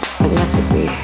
magnetically